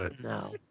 No